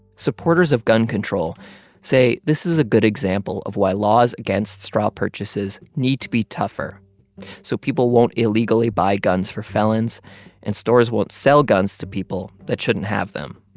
supporters of gun control say this is a good example of why laws against straw purchases need to be tougher so people won't illegally buy guns for felons and stores won't sell guns to people that shouldn't have them.